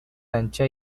ancha